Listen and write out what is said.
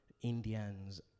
Indians